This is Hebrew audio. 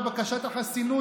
בבקשת החסינות,